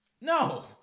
No